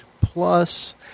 plus